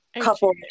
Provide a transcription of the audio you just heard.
couple